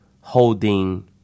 holding